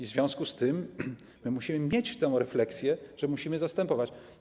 W związku z tym musimy mieć tę refleksję, że musimy zastępować.